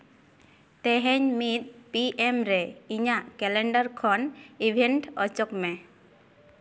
ᱛᱮᱦᱮᱧ ᱢᱤᱫ P M ᱨᱮ ᱤᱧᱟᱹᱜ ᱠᱮᱞᱮᱱᱰᱨᱟᱨ ᱠᱷᱚᱱ ᱤᱵᱷᱮᱱᱴ ᱚᱪᱚᱜ ᱢᱮ